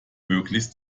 möglichst